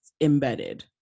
embedded